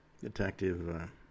Detective